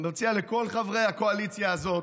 אני מציע לכל חברי הקואליציה הזאת,